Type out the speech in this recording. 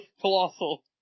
Colossal